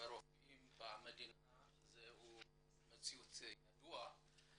ברופאים במדינה היא מציאות ידועה,